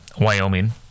Wyoming